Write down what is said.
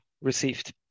received